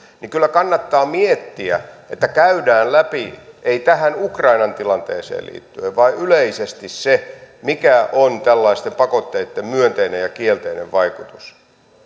kyllä kannattaa miettiä että käydään läpi ei tähän ukrainan tilanteeseen liittyen vaan yleisesti se mitkä ovat tällaisten pakotteitten myönteiset ja kielteiset vaikutukset